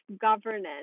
governance